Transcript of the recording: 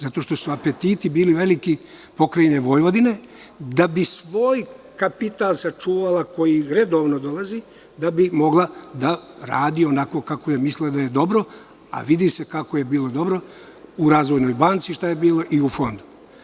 Zato što su apetiti Pokrajine Vojvodine bili veliki da bi svoj kapital sačuvala koji redovno dolazi, da bi mogla da radi onako kako je mislila da je dobro, a vidi se kako je bilo dobro u „Razvojnoj banci“, šta je bilo i u Fondu.